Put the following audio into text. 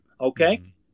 Okay